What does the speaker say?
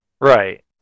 Right